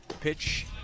Pitch